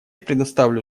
предоставлю